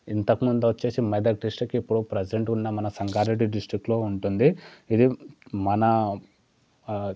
ఇంతకు ముందు వచ్చేసి మెదక్ డిస్ట్రిక్ట్ ఇప్పుడు ప్రజంట్ ఉన్న మన సంగారెడ్డి డిస్ట్రిక్లో ఉంటుంది ఇది మన